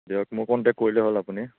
দিয়ক মোক কণ্টেক কৰিলেই হ'ল আপুনি